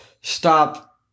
stop